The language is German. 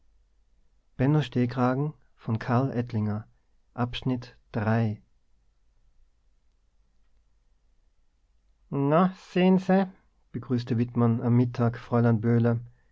na sehen se begrüßte wittmann am mittag fräulein